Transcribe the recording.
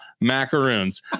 macaroons